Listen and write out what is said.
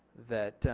that